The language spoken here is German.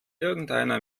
irgendeiner